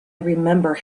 remember